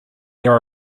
there